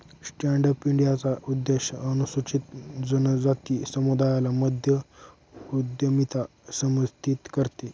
stand up इंडियाचा उद्देश अनुसूचित जनजाति समुदायाला मध्य उद्यमिता समर्थित करते